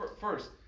first